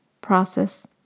process